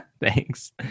thanks